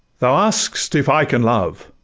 thou ask'st if i can love?